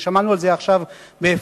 ששמענו על זה עכשיו באפרת,